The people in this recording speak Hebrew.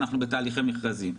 אנחנו בתהליכי מכרזים.